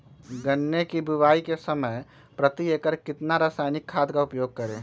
गन्ने की बुवाई के समय प्रति एकड़ कितना रासायनिक खाद का उपयोग करें?